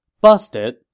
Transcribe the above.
Busted